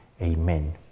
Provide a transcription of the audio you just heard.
Amen